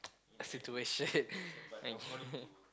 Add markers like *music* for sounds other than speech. situation *laughs*